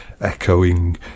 echoing